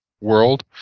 world